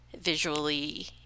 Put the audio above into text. visually